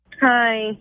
Hi